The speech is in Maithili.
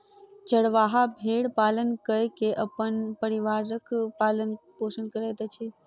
चरवाहा भेड़ पालन कय के अपन परिवारक पालन पोषण करैत अछि